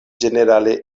ĝenerale